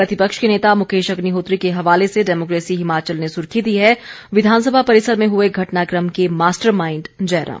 प्रतिपक्ष के नेता मुकेश अग्निहोत्री के हवाले से डेमोक्रेसी हिमाचल ने सुर्खी दी है विधानसभा परिसर में हुए घटनाक्रम के मास्टर माइंड जयराम